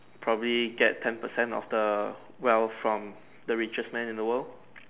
probably get ten percent of the wealth from the richest man in the world